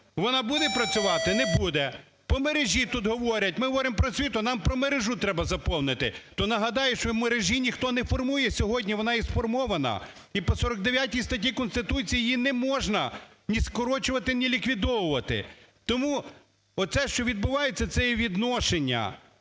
Вона буде працювати? Не буде. По мережі тут говорять. Ми говоримо про освіту, а нам про мережу треба заповнити. То нагадаю, що мережі ніхто не формує сьогодні, вона є сформована. І по 49 статті Конституції її не можна ні скорочувати, ні ліквідовувати. Тому, оце що відбувається, це є відношення